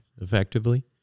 effectively